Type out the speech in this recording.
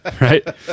Right